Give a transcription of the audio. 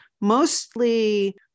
mostly